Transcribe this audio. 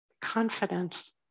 confidence